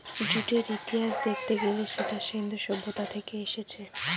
জুটের ইতিহাস দেখতে গেলে সেটা সিন্ধু সভ্যতা থেকে এসেছে